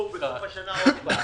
תבואו בסוף השנה שוב הרי.